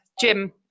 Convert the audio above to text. Jim